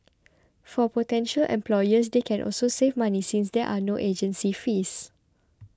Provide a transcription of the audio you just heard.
for potential employers they can also save money since there are no agency fees